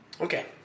okay